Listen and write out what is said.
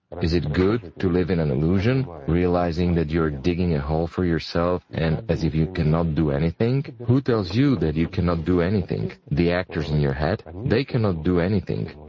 is it good to live in an illusion, realizing that you are digging a hole for yourself and as if you cannot do anything? who tells you that you cannot do something the actors in your head? and they cannot do anything,